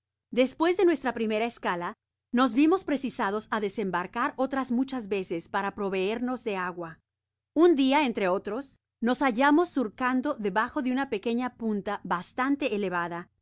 despues de nuestra primera escala nos vimos precisa dos á desembarcar otras muchas veces para proveernos de agua un dia entre otros nos hallábamos surcando debajo de una pequeña punta bastante elevada en